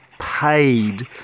paid